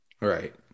Right